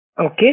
Okay